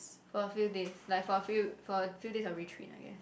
for a few days like for a few for a few days of retreat I guess